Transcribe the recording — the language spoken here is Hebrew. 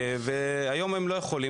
היום הם לא יכולים.